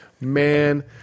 man